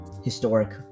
Historic